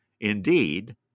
Indeed